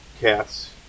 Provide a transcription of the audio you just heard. cats